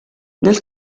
nel